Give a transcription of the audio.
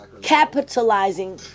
capitalizing